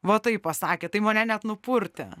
va taip pasakė tai mane net nupurtė